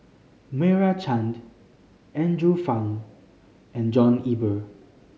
Meira Chand Andrew Phang and John Eber